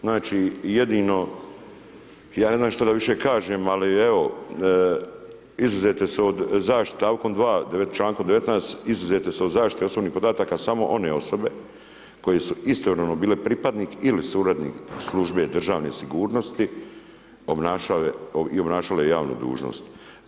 Znači jedino, ja ne znam što da više kažem, ali evo, izuzete su od zaštite stavkom 2, člankom 19. izuzete su od zaštite osobnih podataka samo one osobe, koje su istovremeno bile pripadnik ili suradnik službe držane sigurnosti i obnašale javnu dužnost.